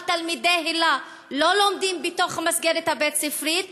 אבל תלמידי היל"ה לא לומדים בתוך המסגרת הבית-ספרית,